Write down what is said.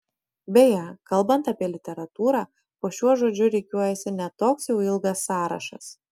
beje kalbant apie literatūrą po šiuo žodžiu rikiuojasi ne toks jau ilgas sąrašas